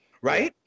right